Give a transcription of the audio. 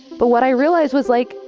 but what i realized was like,